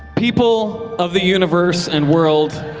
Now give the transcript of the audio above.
people of the universe and world,